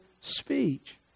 speech